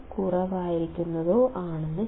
കുറവായിരിക്കണോ